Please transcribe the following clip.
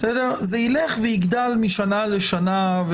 זה ילך ויגדל משנה לשנה,